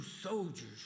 soldiers